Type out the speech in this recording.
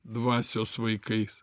dvasios vaikais